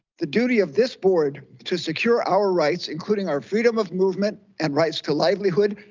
the duty of this board to secure our rights, including our freedom of movement and rights to livelihood,